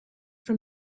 from